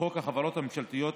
לחוק החברות הממשלתיות,